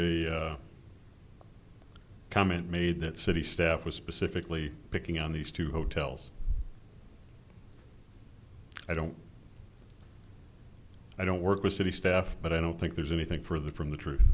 a comment made that city staff was specifically picking on these two hotels i don't i don't work with city staff but i don't think there's anything for the from the tr